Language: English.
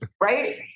right